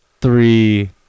three